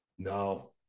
No